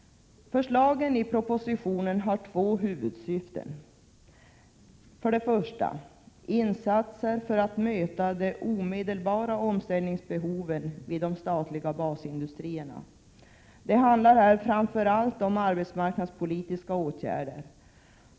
Förslagen i propositionen har två huvudsyften. För det första görs insatser för att möta de omedelbara omställningsbehoven vid de statliga basindustrierna. Det handlar här framför allt om arbetsmarknadspolitiska åtgärder.